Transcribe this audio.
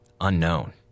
Unknown